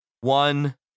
One